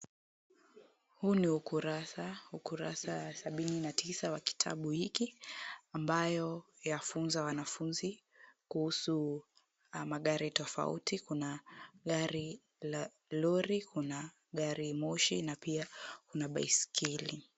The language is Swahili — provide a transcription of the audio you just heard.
Huu ni ukurasa. Ukurasa wa sabini na tisa wa kitabu hiki ambayo yafunza wanafunzi kuhusu magari tofauti. Kuna gari la lori, kuna gari la moshi, pia kuna baiskeli.